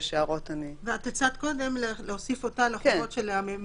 ואת הצעת קודם להוסיף אותה לחובות של הממונה.